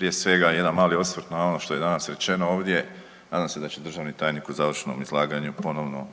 Prije svega jedan mali osvrt na ono što je danas rečeno ovdje, nadam se da će državni tajni u završnom izlaganju ponovno